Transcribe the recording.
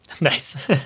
Nice